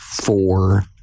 four